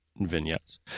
vignettes